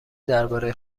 درباره